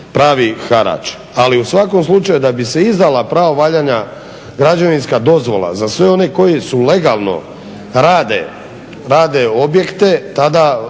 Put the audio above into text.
pravi harač. Ali u svakom slučaju da bi se izdala pravovaljana građevinska dozvola za sve one koji su legalno rade objekte tada